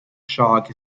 shock